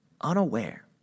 unaware